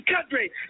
country